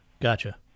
Gotcha